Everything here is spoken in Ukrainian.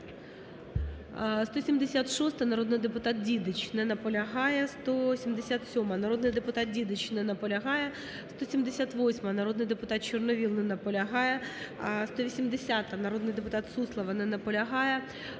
176-а, народний депутат Дідич. Не наполягає. 177-а, народний депутат Дідич. Не наполягає. 178-а, народний депутат Чорновол. Не наполягає. 180-а, народний депутат Суслова. Не наполягає.